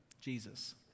Jesus